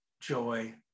joy